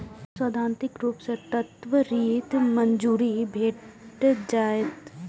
सैद्धांतिक रूप सं त्वरित मंजूरी भेट जायत